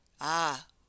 Ah